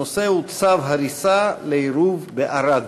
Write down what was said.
הנושא הוא: צו הריסה לעירוב בערד.